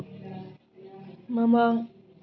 ꯃꯃꯥꯡ